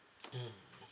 mmhmm